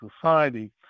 society